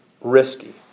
risky